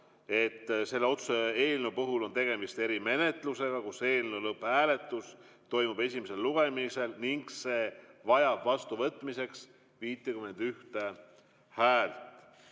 selle otsuse eelnõu puhul on tegemist erimenetlusega, kus eelnõu lõpphääletus toimub esimesel lugemisel ning see vajab vastuvõtmiseks 51 häält.